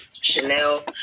Chanel